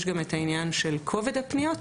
יש גם העניין של כובד הפניות.